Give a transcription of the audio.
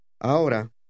Ahora